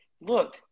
Look